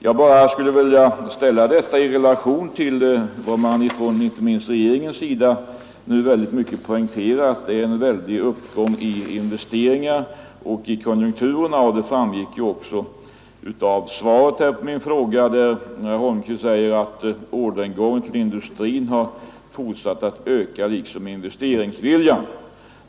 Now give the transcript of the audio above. Jag skulle bara vilja ställa denna höga arbetslöshet i relation till vad inte minst regeringen så kraftigt poängterar, nämligen att det pågår en väldig uppgång i investeringarna och i konjunkturerna. Det framgick också av svaret på min fråga, där herr Holmqvist säger att orderingången till industrin har fortsatt att öka liksom investeringsviljan.